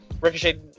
Ricochet